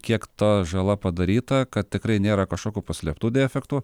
kiek ta žala padaryta kad tikrai nėra kažkokių paslėptų defektų